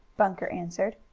bunker answered.